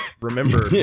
remember